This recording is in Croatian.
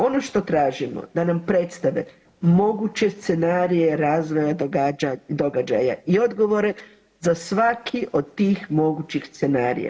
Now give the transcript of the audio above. Ono što tražimo da nam predstave moguće scenarije razvoja događaja i odgovore za svaki od tih mogućih scenarija.